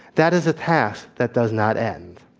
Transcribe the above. that is a task that does not end.